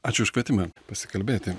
ačiū už kvietimą pasikalbėti